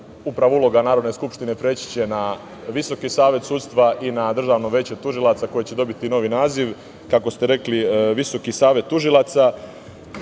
Upravo uloga Narodne skupštine preći će na Visoki savet sudstva i na Državno veće tužilaca koje će dobiti novi naziv, kako ste rekli – Visoki savet tužilaca.